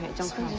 don't cry.